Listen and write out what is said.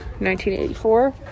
1984